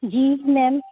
جی میم